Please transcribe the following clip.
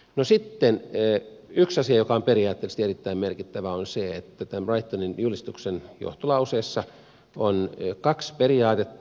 no sitten yksi asia joka on periaatteellisesti erittäin merkittävä on se että tämän brightonin julistuksen johtolauseessa on kaksi periaatetta